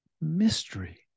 mystery